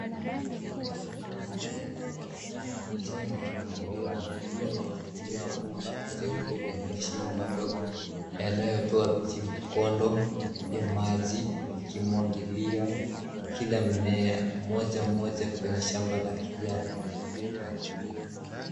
Mstari wa mimea michanga, unamwangiliwa kwa kutumia bomba jeupe lenye mashimo madogo, yanayotoa vijikondo vya maji, likimwangilia kila mmea moja kwa moja kwenye shamba la kijani.